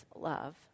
love